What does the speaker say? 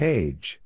Page